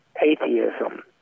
atheism